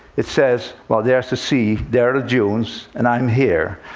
it says, well, there's the sea, there are dunes, and i'm here.